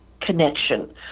connection